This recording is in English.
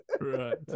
Right